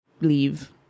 leave